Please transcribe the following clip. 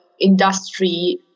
industry